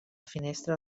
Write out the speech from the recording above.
finestra